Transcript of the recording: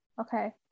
okay